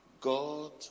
God